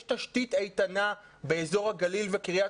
יש תשתית איתנה באזור הגליל וקריית